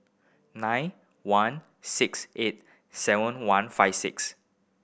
nine one six eight seven one five six